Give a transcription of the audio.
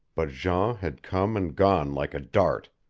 but jean had come and gone like a dart.